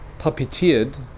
puppeteered